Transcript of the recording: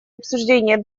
обсуждение